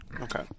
Okay